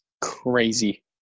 Crazy